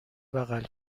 بغل